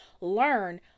learn